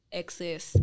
excess